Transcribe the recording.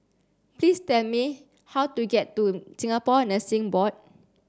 please tell me how to get to Singapore Nursing Board